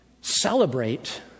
celebrate